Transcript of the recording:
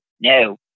No